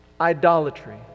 idolatry